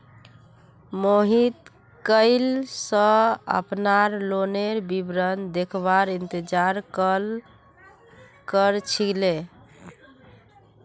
मोहित कइल स अपनार लोनेर विवरण देखवार इंतजार कर छिले